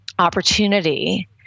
opportunity